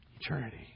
Eternity